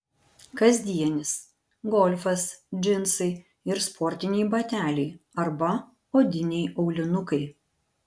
kasdienis golfas džinsai ir sportiniai bateliai arba odiniai aulinukai